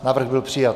Návrh byl přijat.